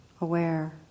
aware